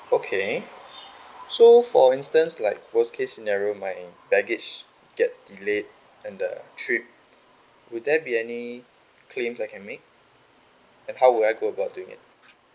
okay so for instance like worst case scenario my baggage gets delayed and the trip will there be any claims I can make and how would I go about doing it